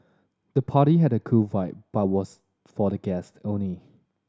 the party had a cool vibe but was for the guests only